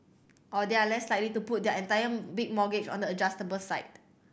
or they are less likely to put their entire big mortgage on the adjustable side